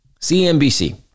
CNBC